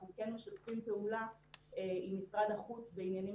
אנחנו כן משתפים פעולה עם משרד החוץ בעניינים